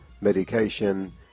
medication